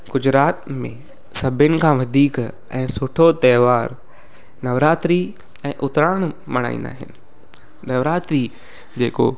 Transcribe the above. गुजरात में सभिनि खां वधीक ऐं सुठो त्योहारु नवरात्री ऐं उतराण मल्हाईंदा आहिनि नवरात्री जेको